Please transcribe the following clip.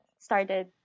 started